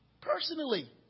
personally